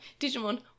Digimon